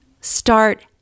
start